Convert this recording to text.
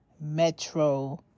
Metro